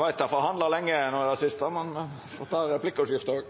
veit de har forhandla lenge no i det siste,